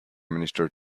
minister